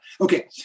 Okay